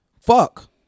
fuck